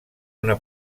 una